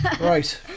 Right